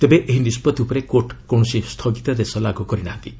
ତେବେ ଏହି ନିଷ୍କଭି ଉପରେ କୋର୍ଟ କୌଣସି ସ୍ଥଗିତାଦେଶ ଲାଗୁ କରିନାହାନ୍ତି